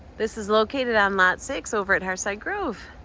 this is located on lot six over at hearthside grove.